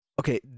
Okay